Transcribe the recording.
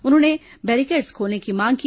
इन्होंने बैरीकेट्स खोलने की मांग की